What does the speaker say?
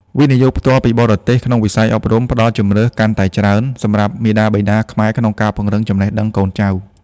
វិនិយោគផ្ទាល់ពីបរទេស ក្នុងវិស័យអប់រំ ផ្ដល់ជម្រើសកាន់តែច្រើនសម្រាប់មាតាបិតាខ្មែរក្នុងការពង្រឹងចំណេះដឹងកូនចៅ។